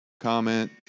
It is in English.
comment